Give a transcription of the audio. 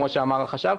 כמו שאמר החשב,